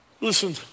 Listen